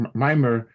mimer